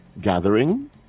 gathering